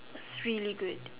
it's really good